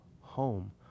home